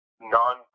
non